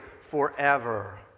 forever